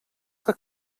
que